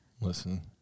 Listen